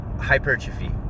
hypertrophy